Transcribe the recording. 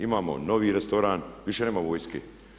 Imamo novi restoran, više nema vojske.